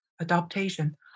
adaptation